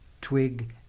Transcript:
twig